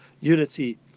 unity